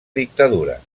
dictadura